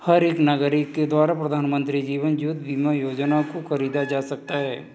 हर एक नागरिक के द्वारा प्रधानमन्त्री जीवन ज्योति बीमा योजना को खरीदा जा सकता है